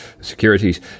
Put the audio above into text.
securities